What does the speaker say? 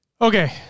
okay